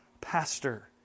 pastor